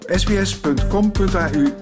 sbs.com.au